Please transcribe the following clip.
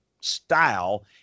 style